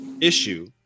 issue